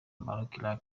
morocco